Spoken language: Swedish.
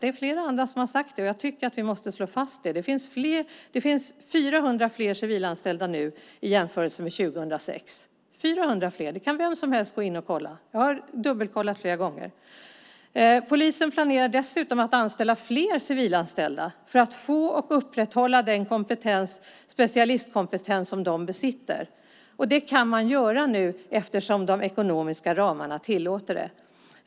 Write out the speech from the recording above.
Det är flera andra som har sagt det, och jag tycker att vi måste slå fast det. Det finns 400 fler civilanställda nu än i jämförelse med 2006. Det kan vem som helst gå in och kolla. Jag har dubbelkollat det flera gånger. Polisen planerar dessutom att anställa fler civilanställda för att få och upprätthålla den specialistkompetens som de besitter. Det kan man nu göra eftersom de ekonomiska ramarna tillåter det.